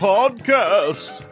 Podcast